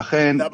למה?